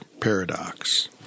paradox